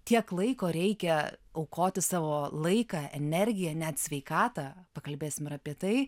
tiek laiko reikia aukoti savo laiką energiją net sveikatą pakalbėsim ir apie tai